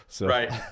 Right